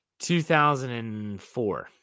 2004